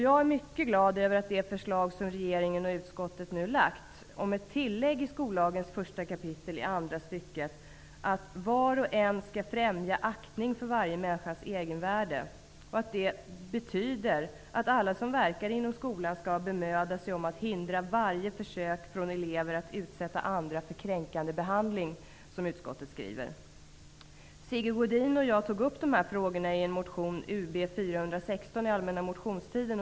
Jag är mycket glad över det förslag som regeringen och utskottet nu har lagt fram om ett tillägg i skollagens första kapitel, andra stycket om att var och en skall främja aktning för varje människas egenvärde. Utskottet skriver att detta betyder att alla som verkar inom skolan skall ''bemöda sig om att hindra varje försök från elever att utsätta andra för kränkande behandling''. Sigge Godin och jag tog upp dessa frågor i motion Ub416 under den allmänna motionstiden.